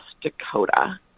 Dakota